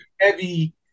heavy